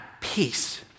peace